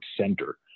center